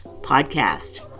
podcast